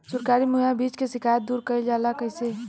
सरकारी मुहैया बीज के शिकायत दूर कईल जाला कईसे?